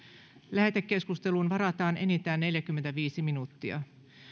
lähetekeskusteluun varataan enintään neljäkymmentäviisi minuuttia